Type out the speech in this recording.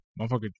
Motherfucker